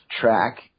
track